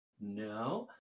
No